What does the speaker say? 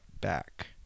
back